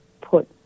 put